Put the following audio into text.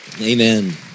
Amen